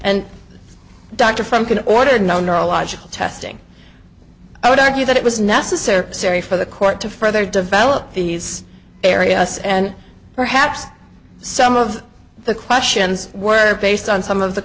and dr from could order no neurological testing i would argue that it was necessary sorry for the court to further develop these areas and perhaps some of the questions were based on some of the